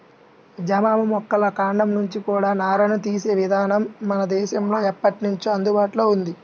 జనుము మొక్కల కాండం నుంచి కూడా నారని తీసే ఇదానం మన దేశంలో ఎప్పట్నుంచో అందుబాటులో ఉంది